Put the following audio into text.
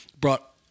brought